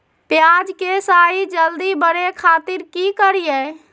प्याज के साइज जल्दी बड़े खातिर की करियय?